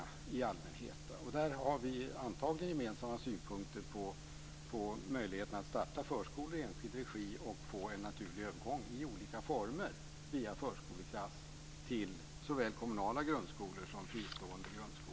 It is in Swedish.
Vi har antagligen gemensamma synpunkter på möjligheterna att starta förskolor i enskild regi och få en naturlig övergång i olika former via förskoleklass till såväl kommunala grundskolor som fristående grundskolor.